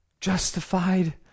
justified